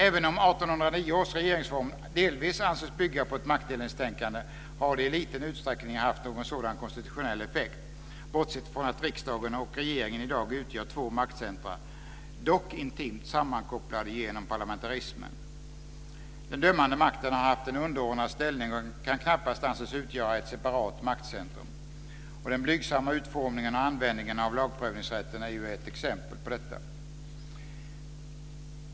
Även om 1809 års regeringsform delvis anses bygga på ett maktdelningstänkande har det i liten utsträckning haft någon sådan konstitutionell effekt, bortsett från att riksdagen och regeringen i dag utgör två maktcentrum - dock intimt sammankopplade genom parlamentarismen. Den dömande makten har haft en underordnad ställning och kan knappast anses utgöra ett separat maktcentrum. Den blygsamma utformningen och användningen av lagprövningsrätten är ett exempel på detta.